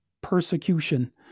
persecution